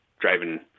driving